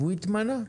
והוא התמנה.